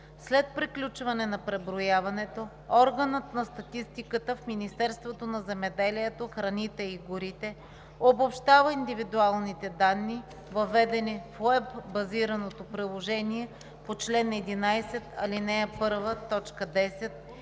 След приключване на преброяването органът на статистиката в Министерството на земеделието, храните и горите обобщава индивидуалните данни, въведени в уеб-базираното приложение по чл. 11, ал. 1, т. 10,